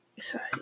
sorry